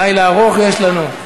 לילה ארוך יש לנו.